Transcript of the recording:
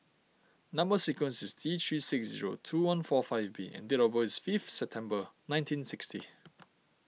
Number Sequence is T three six zero two one four five B and date of birth is five September nineteen sixty